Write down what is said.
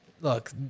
look